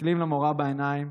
מסתכלים למורה בעיניים,